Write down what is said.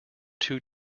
two